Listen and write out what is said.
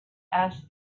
asked